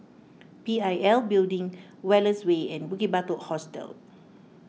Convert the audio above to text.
P I L Building Wallace Way and Bukit Batok Hostel